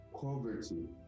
poverty